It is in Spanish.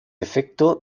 efecto